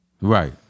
Right